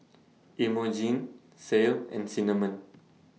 Imogene Ceil and Cinnamon